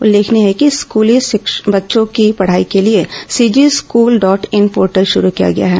उल्लेखनीय है कि स्कली बच्चों की पढाई के लिए CG school dot in portal शुरू किया गया है